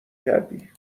کردی